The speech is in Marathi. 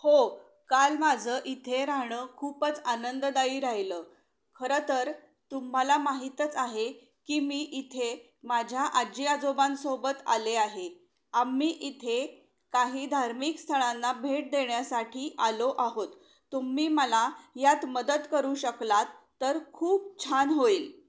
हो काल माझं इथे राहणं खूपच आनंददायी राहिलं खरंतर तुम्हाला माहीतच आहे की मी इथे माझ्या आजी आजोबांसोबत आले आहे आम्ही इथे काही धार्मिक स्थळांना भेट देण्यासाठी आलो आहोत तुम्ही मला यात मदत करू शकलात तर खूप छान होईल